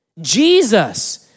Jesus